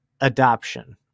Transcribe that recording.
adoption